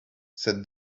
said